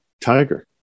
Tiger